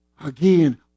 again